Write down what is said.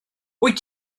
wyt